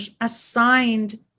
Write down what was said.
assigned